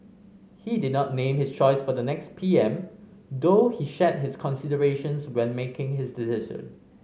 he did not name his choice for the next P M though he shared his considerations when making his decision